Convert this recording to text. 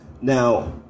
now